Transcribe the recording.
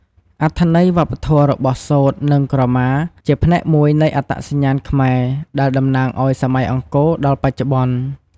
អត្ថន័យវប្បធម៌របស់ សូត្រ និងក្រមា ជាផ្នែកមួយនៃអត្តសញ្ញាណខ្មែរ ដែលតំណាងឲ្យសម័យអង្គរដល់បច្ចុប្បន្ន។